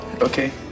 Okay